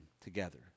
together